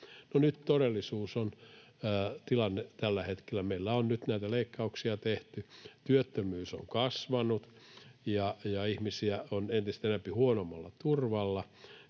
nyt todellisuudessa tilanne on tällä hetkellä se, että kun meillä on nyt näitä leikkauksia tehty, niin työttömyys on kasvanut ja ihmisiä on entistä enempi huonommalla turvalla,